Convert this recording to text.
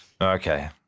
Okay